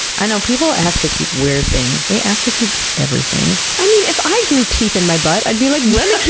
i know. people ask to keep weird things. they ask to keep everything. i mean, if i grew teeth in my butt i'd be like, let me